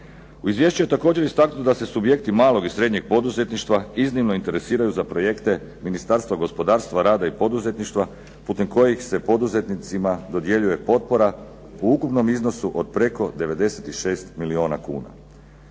U Izvješću je također istaknuto da se subjekti malog i srednjeg poduzetništva iznimno interesiraju za projekte Ministarstva gospodarstva, rada i poduzetništva putem kojih se poduzetnicima dodjeljuje potpora u ukupnom iznosu od preko 96 milijuna kuna.